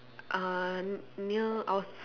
uh n~ near I was